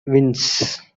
winds